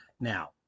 Now